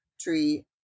tree